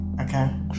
Okay